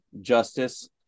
justice